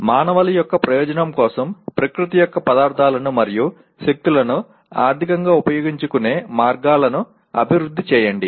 మానవాళి యొక్క ప్రయోజనం కోసం ప్రకృతి యొక్క పదార్థాలను మరియు శక్తులను ఆర్థికంగా ఉపయోగించుకునే మార్గాలను అభివృద్ధి చేయండి